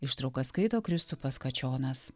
ištrauką skaito kristupas kačionas